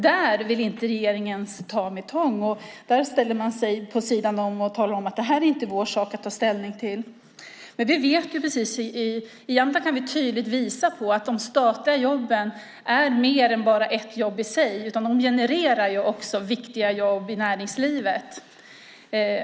Men detta vill regeringen inte ta i med tång utan ställer sig vid sidan om och säger: Detta är inte vår sak att ta ställning till. I Jämtland kan vi tydligt visa på att statliga jobb betyder mer än bara dessa jobb. De genererar också viktiga jobb i näringslivet.